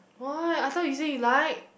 why I thought you say you like